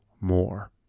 more